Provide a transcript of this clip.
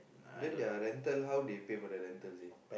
then their rental how they pay for their rental seh